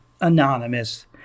anonymous